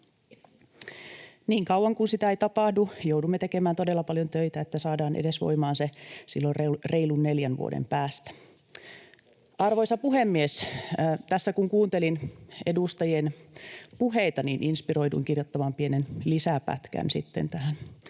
Niin kauan kun sitä ei tapahdu, joudumme tekemään todella paljon töitä, että saadaan se voimaan edes silloin reilun neljän vuoden päästä. Arvoisa puhemies! Tässä kun kuuntelin edustajien puheita, niin inspiroiduin kirjoittamaan pienen lisäpätkän tähän